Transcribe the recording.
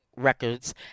records